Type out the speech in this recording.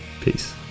Peace